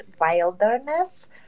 wilderness